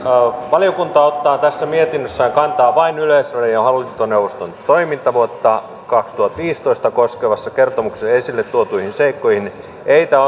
valiokunta ottaa tässä mietinnössään kantaa vain yleisradion hallintoneuvoston toimintavuotta kaksituhattaviisitoista koskevassa kertomuksessa esille tuotuihin seikkoihin eikä